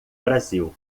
brasil